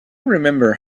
remember